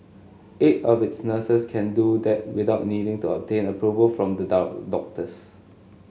eight of its nurses can do that without needing to obtain approval from the doubt doctors